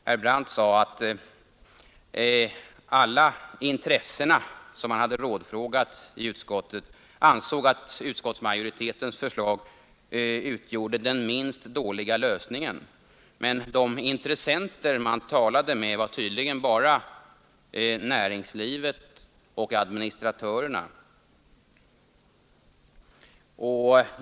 Herr Brandt sade att alla de ”intressen” som han hade rådfrågat i utskottet ansåg att utskottsmajoritetens förslag utgjorde den minst dåliga lösningen. Men de intressenter man talade med var tydligen bara näringslivet och administratörerna.